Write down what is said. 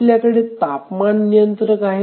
आपल्याकडे तापमान नियंत्रक आहे